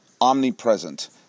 omnipresent